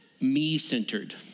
me-centered